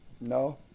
No